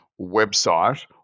website